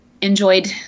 enjoyed